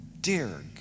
Dear